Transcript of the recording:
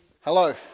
Hello